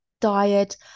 diet